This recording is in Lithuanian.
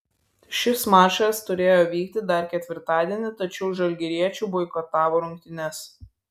šis mačas turėjo vykti dar ketvirtadienį tačiau žalgiriečių boikotavo rungtynes